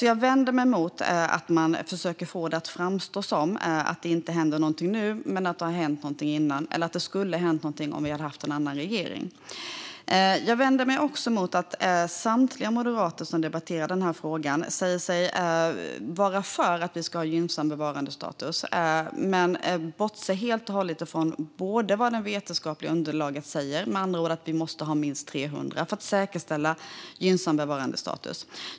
Jag vänder mig mot att man försöker få det att framstå som att det inte händer någonting nu men att det har hänt någonting innan eller att det skulle ha hänt någonting om vi hade haft en annan regering. Jag vänder mig mot att samtliga moderater som debatterar denna fråga säger sig vara för att vi ska ha en gynnsam bevarandestatus men helt och hållet bortser från vad det vetenskapliga underlaget säger, nämligen att vi måste ha minst 300 för att säkerställa en gynnsam bevarandestatus.